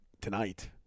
tonight